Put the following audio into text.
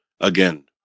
Again